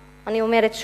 אדוני השר, אני אומרת שוב: